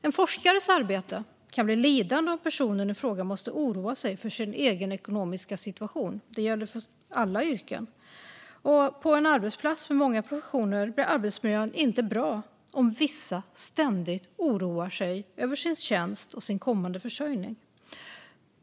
En forskares arbete kan bli lidande om personen i fråga måste oroa sig för sin egen ekonomiska situation. Det gäller för alla yrken. På en arbetsplats med många professioner blir arbetsmiljön inte bra om vissa ständigt oroar sig över sin tjänst och sin kommande försörjning.